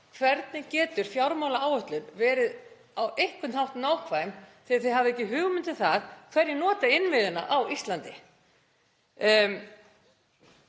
Hvernig getur fjármálaáætlun á einhvern hátt verið nákvæm þegar þið hafið ekki hugmynd um það hverjir nota innviðina á Íslandi?